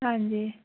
ਹਾਂਜੀ